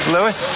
Lewis